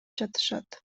жатышат